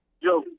yo